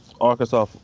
Arkansas